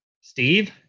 Steve